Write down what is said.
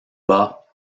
bas